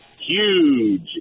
huge